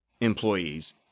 employees